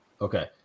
Okay